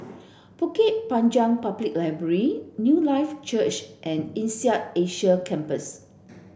Bukit Panjang Public Library Newlife Church and INSEAD Asia Campus